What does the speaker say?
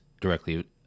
directly